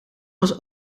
was